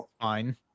fine